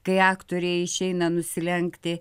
kai aktoriai išeina nusilenkti